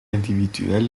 individuels